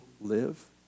live